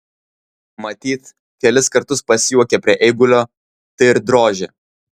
matyt kelis kartus pasijuokė prie eigulio tai ir drožė